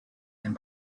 and